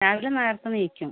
രാവിലെ നേരത്തെ എണീക്കും